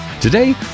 Today